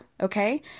okay